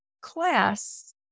class